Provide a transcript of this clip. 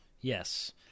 yes